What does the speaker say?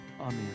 amen